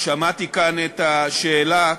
שמעתי כאן את השאלה.